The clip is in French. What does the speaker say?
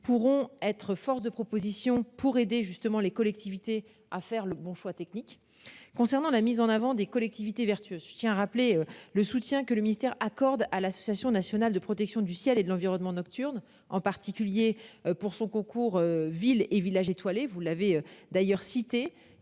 pourront être force de propositions pour aider justement les collectivités à faire le bon choix techniques concernant la mise en avant des collectivités vertueux tient à rappeler le soutien que le ministère accorde à l'association nationale de protection du ciel et de l'environnement nocturnes, en particulier pour son concours Villes et villages étoilés, vous l'avez d'ailleurs cité